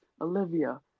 Olivia